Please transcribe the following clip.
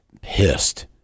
pissed